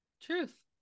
Truth